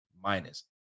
minus